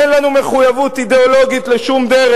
אין לנו מחויבות אידיאולוגית לשום דרך.